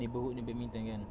neighbourhood punya badminton kan